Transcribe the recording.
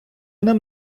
нам